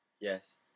Yes